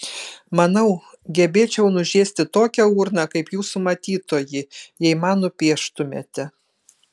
manau gebėčiau nužiesti tokią urną kaip jūsų matytoji jei man nupieštumėte